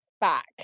back